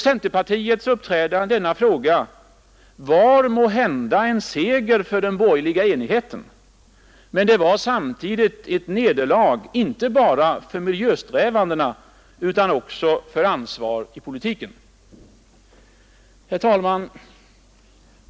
Centerpartiets uppträdande i denna fråga var måhända en seger för den borgerliga enigheten, men det var samtidigt ett nederlag inte bara för miljösträvandena utan också för ansvar i politiken. Herr talman!